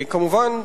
כמובן,